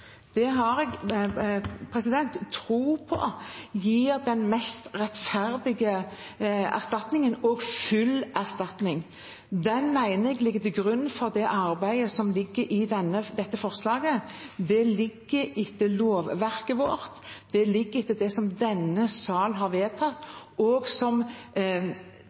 grunn for det arbeidet som ligger i dette forslaget, det ligger i lovverket vårt, det ligger i det som denne sal har vedtatt, og som